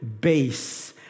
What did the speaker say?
base